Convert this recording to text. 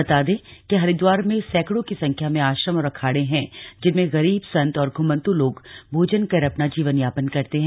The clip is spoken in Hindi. बता दें कि हरिद्वार में सैकड़ों की संख्या में आश्रम और अखाड़े हैं जिनमें गरीब संत और घ्मंत् लोग भोजन कर अपना जीवन यापन करते हैं